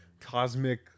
cosmic